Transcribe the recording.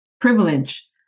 privilege